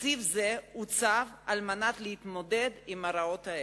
תקציב זה עוצב על מנת להתמודד עם הרעות האלה.